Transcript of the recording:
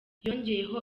yongeyeho